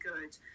good